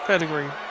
Pedigree